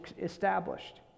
established